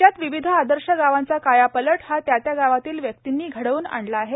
राज्यात विविध आदर्श गावांचा कायापालट हा त्या त्या गावातील व्यक्तीने घडवून आणला आहे